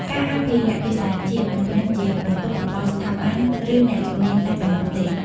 ការអភិរក្សភាសាជាតិមិនមែនជាបន្ទុករបស់ស្ថាប័ន ឬអ្នកជំនាញតែប៉ុណ្ណោះទេ ។